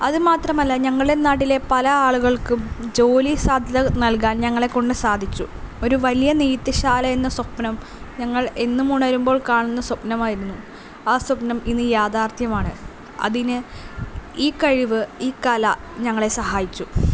അത് മാത്രമല്ല ഞങ്ങളുടെ നാട്ടിലെ പല ആളുകൾക്കും ജോലി സാധ്യത നൽകാൻ ഞങ്ങളെ കൊണ്ട് സാധിച്ചു ഒരു വലിയ നെയ്ത്ത് ശാല എന്ന സ്വപ്നം ഞങ്ങൾ എന്നും ഉണരുമ്പോൾ കാണുന്ന സ്വപ്നമായിരുന്നു ആ സ്വപ്നം ഇനി യാഥാർത്ഥ്യമാണ് അതിന് ഈ കഴിവ് ഈ കല ഞങ്ങളെ സഹായിച്ചു